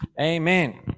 Amen